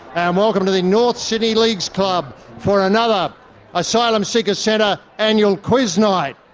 um welcome to the north sydney leagues club for another asylum seeker centre annual quiz night.